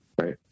Right